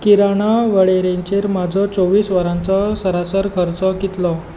किराणां वळेरेचेर म्हजो चोव्वी वरांचो सरासरी खर्चो कितलो